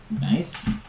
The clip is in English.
Nice